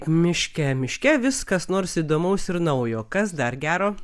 miške miške vis kas nors įdomaus ir naujo kas dar gero